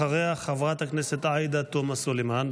אחריה, חברת הכנסת עאידה תומא סלימאן.